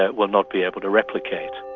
ah will not be able to replicate.